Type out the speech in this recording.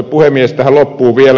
tähän loppuun vielä